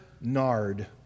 nard